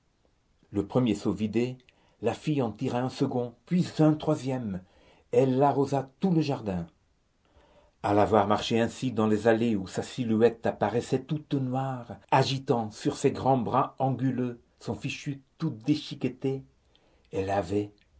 le premier seau vidé la fille en tira un second puis un troisième elle arrosa tout le jardin à la voir marcher ainsi dans les allées où sa silhouette apparaissait toute noire agitant sur ses grands bras anguleux son fichu tout déchiqueté elle avait